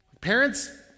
Parents